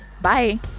Bye